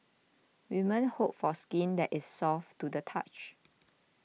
women hope for skin that is soft to the touch